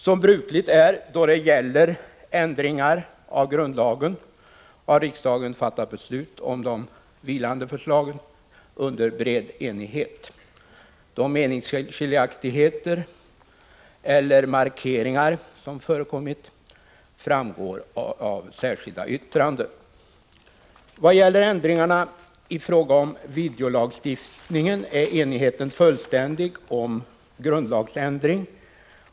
Som brukligt är då det gäller ändringar av grundlagen har riksdagen fattat beslut om de vilande förslagen under bred enighet. De meningsskiljaktigheter eller markeringar som har förekommit framgår av de särskilda yttrandena. När det gäller ändringarna i fråga om videolagstiftningen är enigheten fullständig om grundlagsändring.